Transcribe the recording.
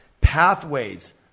pathways